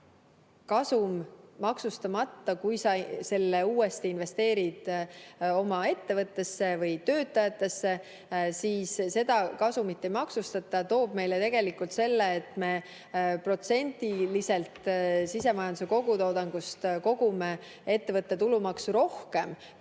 kasum maksustamata – kui sa selle uuesti investeerid oma ettevõttesse või töötajatesse, siis seda kasumit ei maksustata –, toob meile selle, et me protsendiliselt sisemajanduse kogutoodangust kogume ettevõtte tulumaksu rohkem